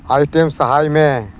item ᱥᱟᱦᱟᱭ ᱢᱮ